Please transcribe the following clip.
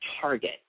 Target